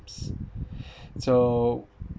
so